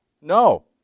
No